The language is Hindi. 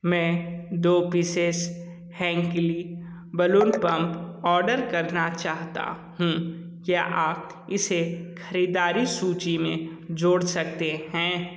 मैं दो पीसेस हैंक्ली बलून पंप ऑर्डर करना चाहता हूँ क्या आप इसे खरीदारी सूची में जोड़ सकते हैं